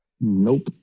Nope